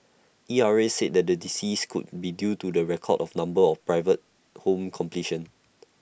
E R A said the decrease could be due to the record of number of private home completions